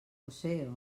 josé